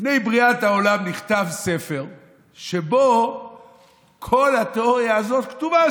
לפני בריאת העולם נכתב ספר שבו כל התיאוריה הזו כתובה,